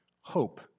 hope